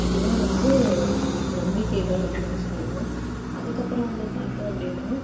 இதுதான் வந்து நம்பிக்கைகள் அப்படின்னு சொல்லலாம் அதுக்கப்புறம் வந்து பார்த்தோம் அப்படின்னா